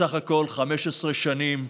סך הכול 15 שנים,